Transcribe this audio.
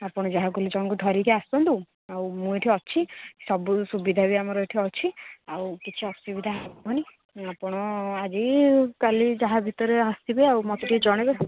ଆପଣ ଯାହାକୁ ହେଲେ ଜଣଙ୍କୁ ଧରିକି ଆସନ୍ତୁ ଆଉ ମୁଁ ଏଠି ଅଛି ସବୁ ସୁବିଧାରେ ଆମର ଏଠି ଅଛି ଆଉ କିଛି ଅସୁବିଧା ହେବନି ଆପଣ ଆଜି କାଲି ଯାହା ଭିତରେ ଆସିବେ ଆଉ ମୋତେ ଟିକେ ଜଣାଇବେ